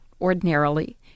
ordinarily